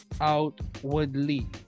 outwardly